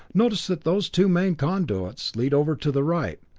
notice that those two main conduits lead over to the right,